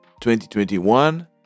2021